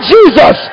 Jesus